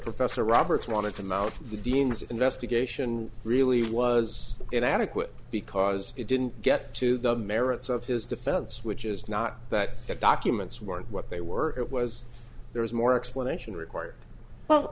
professor roberts wanted to mount the dean's investigation really was inadequate because it didn't get to the merits of his defense which is not that the documents weren't what they were it was there was more explanation required well